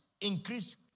Increase